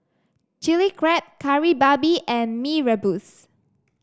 Chilli Crab Kari Babi and Mee Rebus